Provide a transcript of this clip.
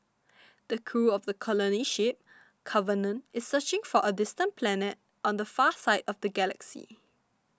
the crew of the colony ship Covenant is searching for a distant planet on the far side of the galaxy